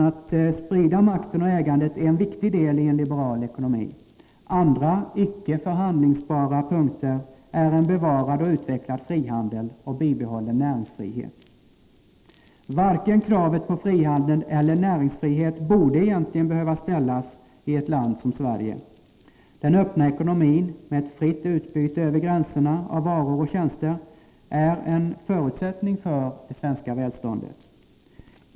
Att sprida makten och ägandet är en viktig del i en liberal ekonomi. Andra, ”icke förhandlingsbara”, punkter är en bevarad och utvecklad frihandel och bibehållen näringsfrihet. Varken kravet på frihandel eller näringsfrihet borde egentligen behöva ställas i ett land som Sverige. Den öppna ekonomin med ett fritt utbyte över gränserna av varor och tjänster är en förutsättning för det svenska välståndet.